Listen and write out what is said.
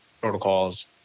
protocols